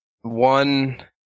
one